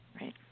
Right